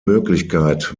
möglichkeit